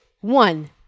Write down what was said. one